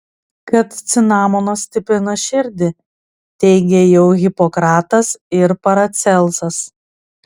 kad cinamonas stiprina širdį teigė jau hipokratas ir paracelsas